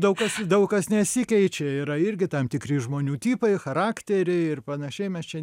daug kas daug kas nesikeičia yra irgi tam tikri žmonių tipai charakteriai ir panašiai mes čia